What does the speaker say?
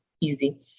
easy